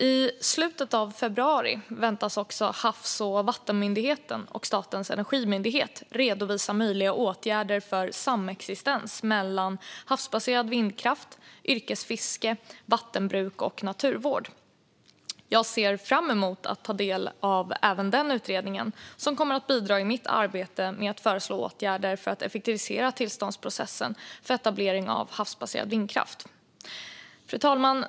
I slutet av februari väntas också Havs och vattenmyndigheten och Statens energimyndighet redovisa möjliga åtgärder för samexistens mellan havsbaserad vindkraft, yrkesfiske, vattenbruk och naturvård. Jag ser fram emot att ta del av även den utredningen, som kommer att bidra i mitt arbete med att föreslå åtgärder för att effektivisera tillståndsprocessen för etablering av havsbaserad vindkraft. Fru talman!